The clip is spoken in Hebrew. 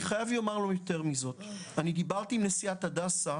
אני חייב לומר יותר מזאת: דיברתי עם נשיאת הדסה